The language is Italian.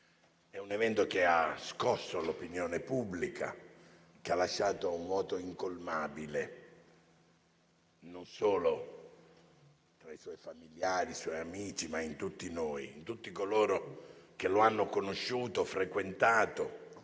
È un evento che ha scosso l'opinione pubblica e che ha lasciato un vuoto incolmabile non solo per i suoi familiari e i suoi amici, ma in tutti noi, in tutti coloro che lo hanno conosciuto, frequentato